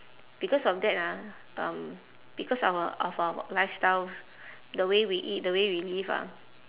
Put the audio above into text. because of that ah um because our of our lifestyles the way we eat the way we live ah